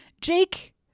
Jake